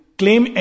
claim